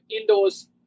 indoors